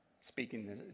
speaking